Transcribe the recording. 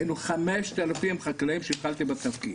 היינו 5,000 חקלאים כשהתחלתי בתפקיד,